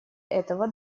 этого